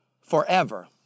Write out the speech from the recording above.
forever